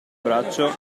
braccio